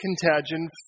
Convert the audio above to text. contagion